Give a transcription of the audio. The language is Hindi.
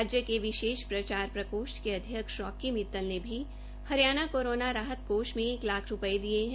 राज्य के विशेष प्रचार प्रकोष्ठ के अध्यक्ष रॉकी मित्तल ने भी हरियाणा कोरोना राहत कोष मे एक लाख रूपये दिये है